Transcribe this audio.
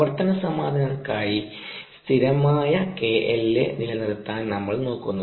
പ്രവർത്തന സമാനതയ്ക്കായി സ്ഥിരമായ KLa നിലനിർത്താൻ നമ്മൾ നോക്കുന്നു